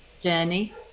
journey